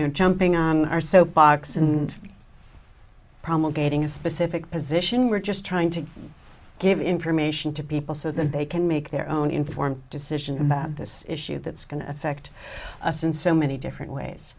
know jumping on our soapbox and promulgating a specific position we're just trying to give information to people so that they can make their own informed decision about this issue that's going to affect us in so many different ways